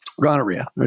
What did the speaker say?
Gonorrhea